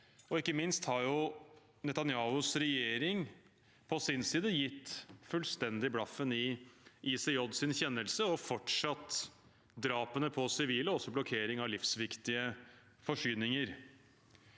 Ikke minst har Netanyahus regjering på sin side gitt fullstendig blaffen i FN-domstolens, ICJs, kjennelse og har fortsatt drapene på sivile og blokkeringen av livsviktige forsyninger.